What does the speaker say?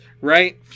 right